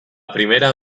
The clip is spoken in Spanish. primera